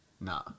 Nah